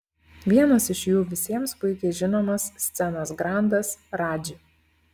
vienas iš jų visiems puikiai žinomas scenos grandas radži